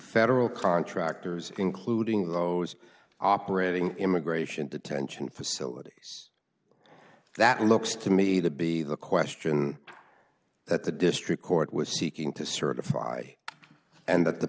federal contractors including those operating immigration detention facilities that looks to me to be the question that the district court was seeking to certify and that the